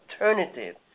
alternative